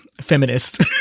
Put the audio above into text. feminist